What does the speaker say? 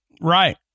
Right